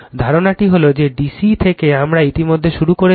ধারণাটি হলো যে D C থেকে আমরা ইতিমধ্যেই শুরু করেছি